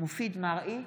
מופיד מרעי,